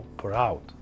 proud